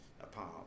apart